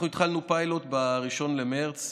התחלנו פיילוט ב-1 במרץ,